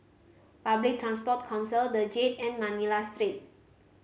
Public Transport Council The Jade and Manila Street